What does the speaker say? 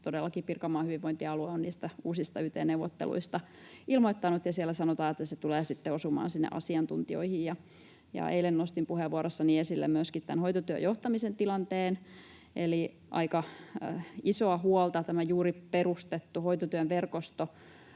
Pirkanmaan hyvinvointialue on niistä uusista yt-neuvotteluista ilmoittanut ja siellä sanotaan, että se tulee sitten osumaan sinne asiantuntijoihin. Eilen nostin puheenvuorossani esille myöskin tämän hoitotyön johtamisen tilanteen. Eli aika isoa huolta tämä juuri perustettu hoitotyön verkosto